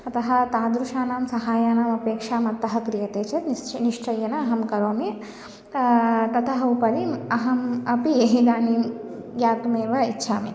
अतः तादृशानां सहायानामपेक्षा मत्तः क्रियते चेत् निस् निश्चयेन अहं करोमि ततः उपरि अहम् अपि इदानीं ज्ञातुमेव इच्छामि